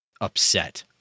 upset